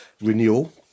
Renewal